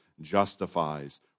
justifies